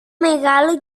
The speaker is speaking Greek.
μεγάλο